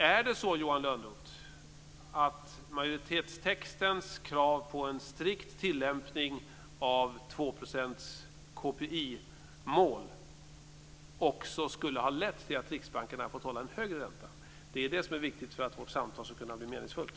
Är det så, Johan Lönnroth, att majoritetstextens krav på en strikt tillämpning av 2 % KPI-mål också skulle ha lett till att Riksbanken hade fått hålla en högre ränta? Det är det som är viktigt för att vårt samtal skall kunna bli meningsfullt.